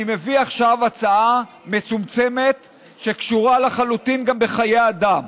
אני מביא עכשיו הצעה מצומצמת שקשרה לחלוטין גם בחיי אדם: